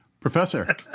Professor